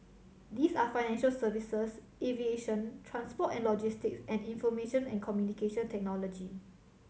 these are financial services aviation transport and logistics and information and Communication Technology